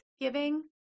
giving